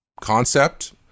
concept